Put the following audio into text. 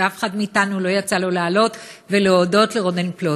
ואף אחד מאתנו לא יצא לו לעלות ולהודות לרונן פלוט.